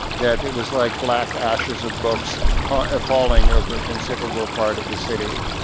that it was like black ashes of books falling over a considerable part of the city,